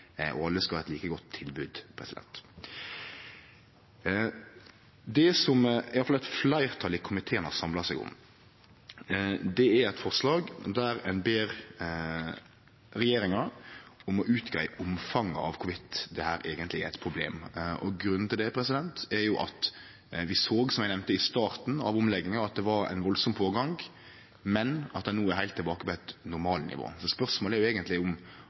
og alle skal ha eit like godt tilbod. Det som eit fleirtal i komiteen har samla seg om, er eit forslag der ein ber regjeringa om å greie ut omfanget av kor vidt dette eigentleg er eit problem. Grunnen til det er at vi, som eg nemnde, i starten av omlegginga såg at det var ein enorm pågang, men at ein no er heilt tilbake på eit normalnivå. Spørsmålet er eigentleg om